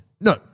no